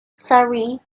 surrey